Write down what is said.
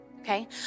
okay